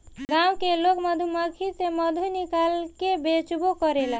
गाँव के लोग मधुमक्खी से मधु निकाल के बेचबो करेला